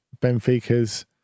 Benfica's